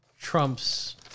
trump's